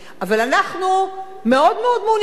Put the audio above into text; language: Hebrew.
אבל אנחנו מאוד-מאוד מעוניינים